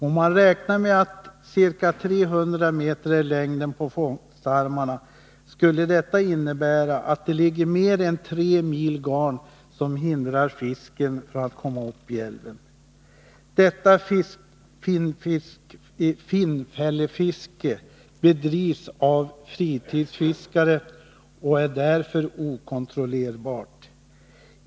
Om man räknar med att fångstarmarna är ca 300 meter långa skulle detta innebära att det finns mer än 3 mil garn som hindrar fisken att komma upp i älven. Detta ”finnfällsfiske” bedrivs av fritidsfiskare och är därför okontrollerbart.